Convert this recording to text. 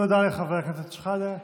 תודה לחבר הכנסת שחאדה.